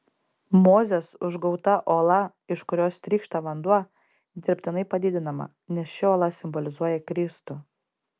mozės užgauta uola iš kurios trykšta vanduo dirbtinai padidinama nes ši uola simbolizuoja kristų